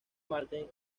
marte